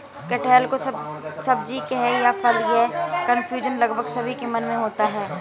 कटहल को सब्जी कहें या फल, यह कन्फ्यूजन लगभग सभी के मन में होता है